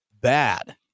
bad